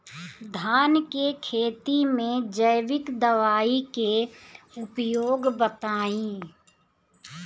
धान के खेती में जैविक दवाई के उपयोग बताइए?